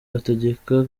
hategeka